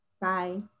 Bye